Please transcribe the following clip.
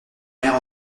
mère